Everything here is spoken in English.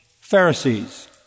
Pharisees